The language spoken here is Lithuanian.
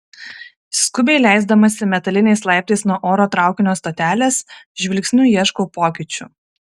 skubiai leisdamasi metaliniais laiptais nuo oro traukinio stotelės žvilgsniu ieškau pokyčių